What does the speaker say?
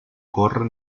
corre